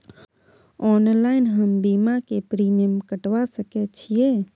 Online हम बीमा के प्रीमियम कटवा सके छिए?